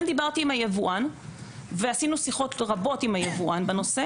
דיברתי עם היבואן ועשינו שיחות רבות עם היבואן בנושא